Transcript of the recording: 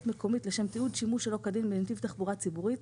מקומית לשם תיעוד שימוש שלא כדין בנתיב תחבורה ציבורית),